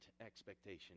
expectation